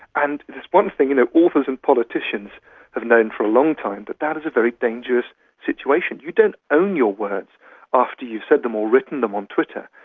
and there's one thing and authors and politicians have known for a long time, that that is a very dangerous situation. you don't own your words after you've said them or written them on twitter,